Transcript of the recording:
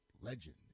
legend